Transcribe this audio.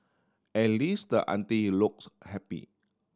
at least the aunty looks happy